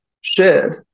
shared